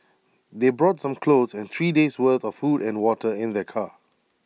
they brought some clothes and three days worth of food and water in their car